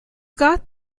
got